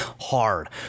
hard